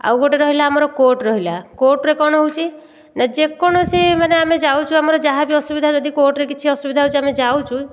ଆଉ ଗୋଟିଏ ରହିଲା ଆମର କୋର୍ଟ ରହିଲା କୋର୍ଟରେ କ'ଣ ହେଉଛି ନା ଯେକୌଣସି ମାନେ ଆମେ ଯାଉଛୁ ଆମର ଯାହାବି ଅସୁବିଧା ଯଦି କୋର୍ଟରେ କିଛି ଅସୁବିଧା ହେଉଛି ଆମେ ଯାଉଛୁ